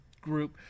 group